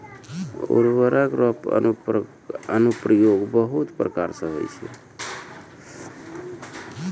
उर्वरक रो अनुप्रयोग बहुत प्रकार से होय छै